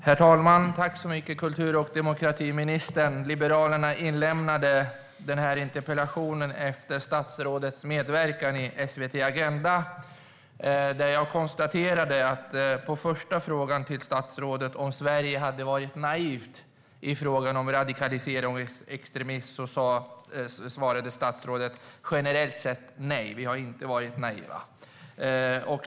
Herr talman! Tack, kultur och demokratiministern! Liberalerna lämnade in den här interpellationen efter statsrådets medverkan i SVT:s Agenda , där jag konstaterade att statsrådet på frågan om Sverige hade varit naivt i frågan om radikalisering och extremism svarade: Generellt sett nej, vi har inte varit naiva.